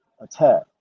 attack